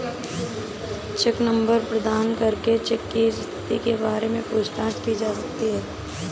check number प्रदान करके check की स्थिति के बारे में पूछताछ की जा सकती है